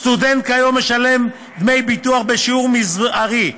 סטודנט משלם כיום דמי ביטוח בשיעור מזערי,